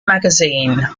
magazine